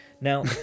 Now